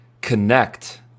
connect